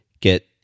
get